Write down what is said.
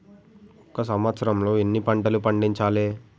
ఒక సంవత్సరంలో ఎన్ని పంటలు పండించాలే?